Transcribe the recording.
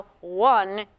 one